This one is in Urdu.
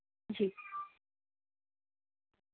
جی